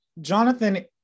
Jonathan